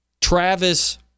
Travis